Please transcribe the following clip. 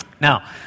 Now